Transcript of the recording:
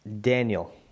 Daniel